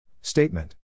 Statement